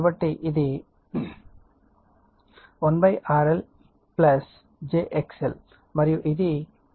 కాబట్టి ఇది 1RL j XL మరియు ఇది 1